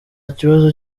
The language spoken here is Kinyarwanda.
kibazo